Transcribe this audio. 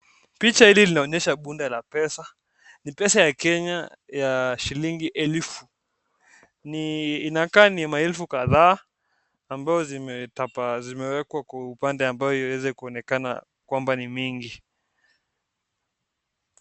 Picha hili linaonyesha bunda la pesa. Ni pesa ya Kenya ya shilingi elfu. Ni, inakaa ni maelfu kadhaa ambayo zimetapa ,zimeekwa kwa upande ambayo iweze kuonekana kama ni mingi.